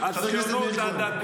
חבר הכנסת מאיר